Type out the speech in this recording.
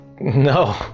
no